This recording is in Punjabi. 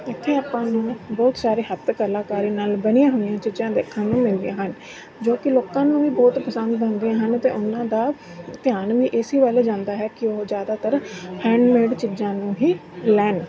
ਇੱਥੇ ਆਪਾਂ ਨੂੰ ਬਹੁਤ ਸਾਰੇ ਹੱਥ ਕਲਾਕਾਰੀ ਨਾਲ ਬਣੀਆਂ ਹੋਈਆਂ ਚੀਜ਼ਾਂ ਦੇਖਣ ਨੂੰ ਮਿਲਦੀਆਂ ਹਨ ਜੋ ਕਿ ਲੋਕਾਂ ਨੂੰ ਵੀ ਬਹੁਤ ਪਸੰਦ ਆਉਂਦੀਆਂ ਹਨ ਅਤੇ ਉਹਨਾਂ ਦਾ ਧਿਆਨ ਵੀ ਇਸੇ ਵੱਲ ਜਾਂਦਾ ਹੈ ਕਿ ਉਹ ਜ਼ਿਆਦਾਤਰ ਹੈਂਡਮੇਡ ਚੀਜ਼ਾਂ ਨੂੰ ਹੀ ਲੈਣ